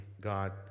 God